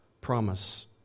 promise